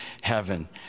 heaven